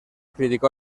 criticó